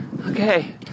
Okay